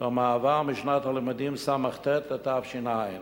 במעבר משנת הלימודים תשס"ט לתש"ע,